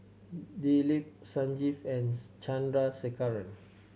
Dilip Sanjeev and Chandrasekaran